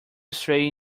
straight